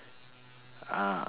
uh